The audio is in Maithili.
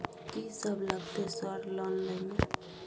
कि सब लगतै सर लोन लय में?